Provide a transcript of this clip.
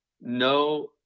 no